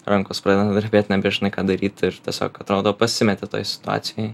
rankos pradeda virpėt nebežinai ką daryt ir tiesiog atrodo pasimeti toje situacijoj